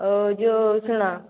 ହଉ ଯେଉଁ ଶୁଣ